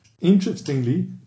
Interestingly